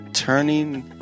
Turning